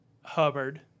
Hubbard